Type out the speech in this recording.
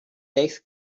legs